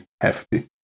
hefty